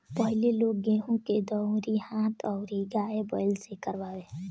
पहिले लोग गेंहू के दवरी हाथ अउरी गाय बैल से करवावे